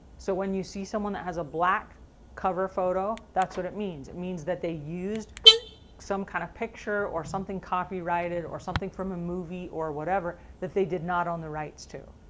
so when you see someone that has a black cover photo that's what it means, it means that they used some kind of picture or something copyrighted, or something from a movie, or whatever. that they did not own the rights to,